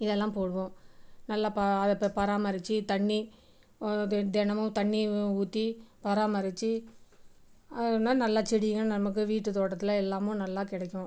இதெல்லாம் போடுவோம் நல்லா ப ஆ ப்ப பராமரிச்சு தண்ணி தெ தினமும் தண்ணி ஊ ஊற்றி பராமரிச்சு நா நல்லா செடியும் நமக்கு வீட்டு தோட்டத்தில் எல்லாமும் நல்லா கிடைக்கும்